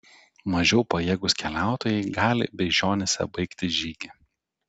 mažiau pajėgūs keliautojai gali beižionyse baigti žygį